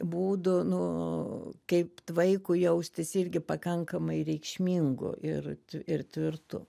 būdų nu kaip vaikui jaustis irgi pakankamai reikšmingu ir ir tvirtu